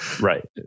Right